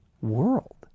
world